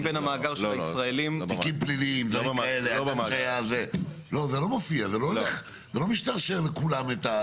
תיקים פליליים, זה לא מופיע, זה לא משתרשר לכולם.